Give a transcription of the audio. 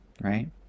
right